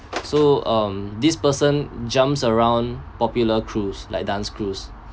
so um this person jumps around popular crews like dance crews